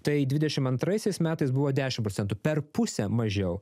tai dvidešimt antraisiais metais buvo dešimt procentų per pusę mažiau